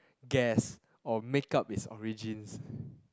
guess or make up its origins